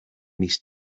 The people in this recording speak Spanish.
mis